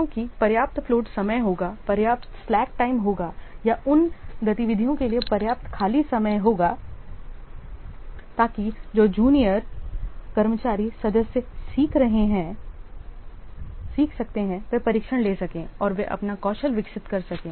क्योंकि पर्याप्त फ्लोट समय होगा पर्याप्त slack समय होगा या उन गतिविधियों के लिए पर्याप्त खाली समय होगा ताकि जो जूनियर कर्मचारी सदस्य सीख सकते हैं वे प्रशिक्षण ले सकें और वे अपना कौशल विकसित कर सकें